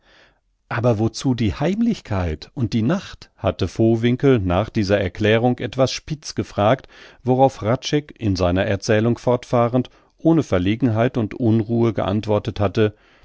aber wozu die heimlichkeit und die nacht hatte vowinkel nach dieser erklärung etwas spitz gefragt worauf hradscheck in seiner erzählung fortfahrend ohne verlegenheit und unruhe geantwortet hatte